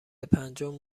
پنجم